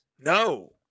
No